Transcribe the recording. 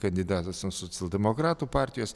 kandidatas nuo socialdemokratų partijos